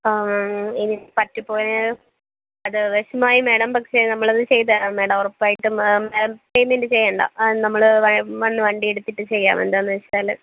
എനിക്ക് പറ്റിപ്പോയ അത് വിഷമമായി മാഡം പക്ഷെ നമ്മളത് ചെയ്തു തരാം മാഡം ഉറപ്പായിട്ടും മാം പേയ്മെൻ്റ് ചെയ്യേണ്ട നമ്മൾ വന്ന് വണ്ടിയെടുത്തിട്ട് ചെയ്യാം എന്താണെന്നു വച്ചാൽ